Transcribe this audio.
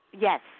Yes